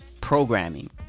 Programming